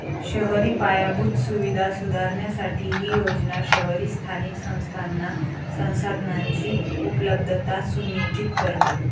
शहरी पायाभूत सुविधा सुधारण्यासाठी ही योजना शहरी स्थानिक संस्थांना संसाधनांची उपलब्धता सुनिश्चित करते